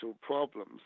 problems